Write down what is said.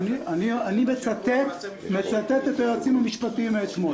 אני מצטט את היועצים המשפטיים מאתמול.